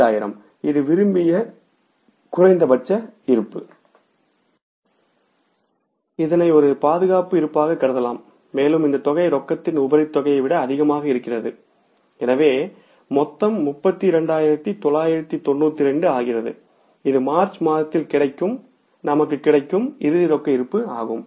5000 இது விரும்பிய குறைந்தபட்ச ரொக்க இருப்பு இதனை ஒரு பாதுகாப்பு இருப்பாக கருதலாம் மேலும் இந்த தொகை ரொக்கத்தின் உபரி தொகையை விட அதிகமாக இருக்கிறது எனவே மொத்தம் 32992 ஆகிறது இது மார்ச் மாதத்தில் கிடைக்கும் நமக்கு கிடைக்கும் இறுதி ரொக்க இருப்பு ஆகும்